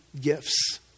gifts